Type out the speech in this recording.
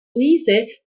luise